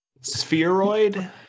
Spheroid